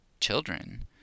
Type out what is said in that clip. children